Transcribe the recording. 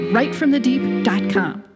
rightfromthedeep.com